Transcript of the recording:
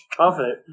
confident